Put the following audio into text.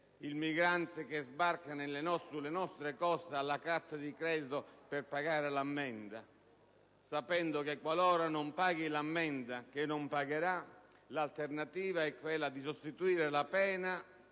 il migrante che sbarca sulle nostre coste abbia la carta di credito per pagare l'ammenda, sapendo che qualora non la paghi - non la pagherà - l'alternativa è quella di sostituire la pena